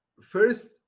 first